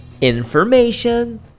Information